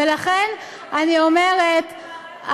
ולכן אני אומרת,